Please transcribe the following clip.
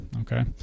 Okay